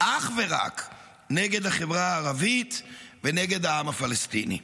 אך ורק נגד החברה הערבית ונגד העם הפלסטיני.